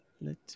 Let